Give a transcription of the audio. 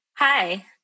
Hi